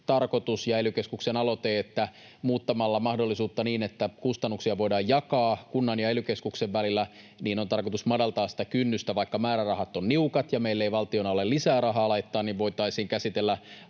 ja ely-keskuksen aloite, että muuttamalla mahdollisuutta niin, että kustannuksia voidaan jakaa kunnan ja ely-keskuksen välillä, madalletaan sitä kynnystä. Vaikka määrärahat ovat niukat ja meillä ei valtiona ole lisää rahaa laittaa, niin voitaisiin käsitellä